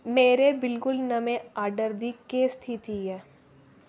मेरे बिलकुल नमें आर्डर दी केह् स्थिति ऐ